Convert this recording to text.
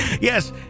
Yes